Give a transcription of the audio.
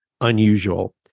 unusual